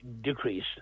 decrease